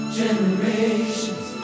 generations